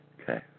Okay